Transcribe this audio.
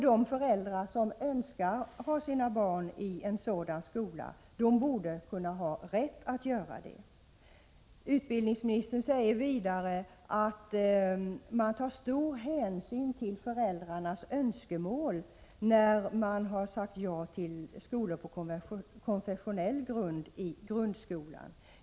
De föräldrar som önskar att deras barn skall gå i en sådan skola borde ha rätt att låta dem göra det. Utbildningsministern säger vidare att man tagit stor hänsyn till föräldrarnas önskemål när man sagt ja till skolor på konfessionell grund i grundskolan.